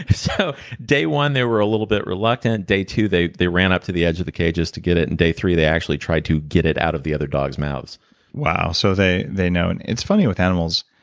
so day one, they were a little bit reluctant. day two, they they ran up to the edge of the cages to get it. and day three, they actually tried to get it out of the other dogs' mouths wow. so they they know. and it's funny with animals.